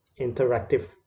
interactive